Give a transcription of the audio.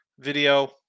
video